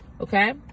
Okay